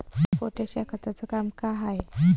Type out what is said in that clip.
Potash या खताचं काम का हाय?